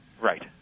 Right